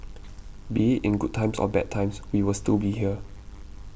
be it in good times or bad times we will still be here